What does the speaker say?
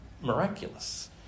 Miraculous